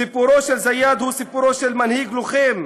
סיפורו של זיאד הוא סיפורו של מנהיג לוחם,